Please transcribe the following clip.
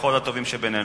לפחות הטובים שבינינו,